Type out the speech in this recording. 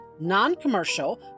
non-commercial